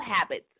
habits